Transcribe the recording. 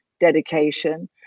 dedication